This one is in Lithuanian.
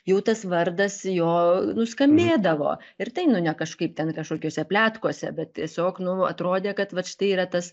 jau tas vardas jo nuskambėdavo ir tai nu ne kažkaip ten kažkokiuose pletkuose bet tiesiog nu atrodė kad vat štai yra tas